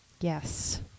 Yes